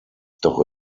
doch